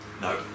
No